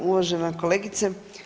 Uvažena kolegice.